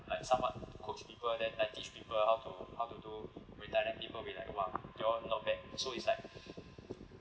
like somewhat coach people then like teach people how to how to do people will be like !wah! you all not bad so it's like